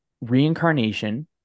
reincarnation